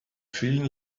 vielen